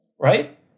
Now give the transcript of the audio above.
right